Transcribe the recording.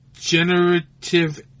generative